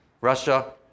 Russia